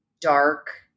dark